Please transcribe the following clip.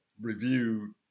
reviewed